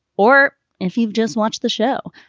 or if you've just watched the show.